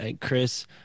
chris